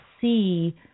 see